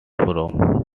from